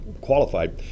qualified